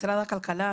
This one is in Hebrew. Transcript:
משרד הכלכלה,